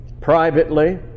privately